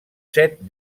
set